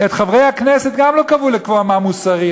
את חברי הכנסת גם לא קבעו לקבוע מה מוסרי,